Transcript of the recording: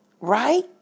right